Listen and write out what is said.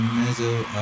middle